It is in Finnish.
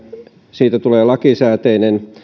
siitä tulee lakisääteistä